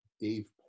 Dave